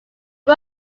pre